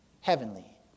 heavenly